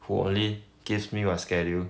who only gives me my schedule